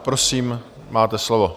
Prosím, máte slovo.